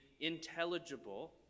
intelligible